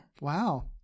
Wow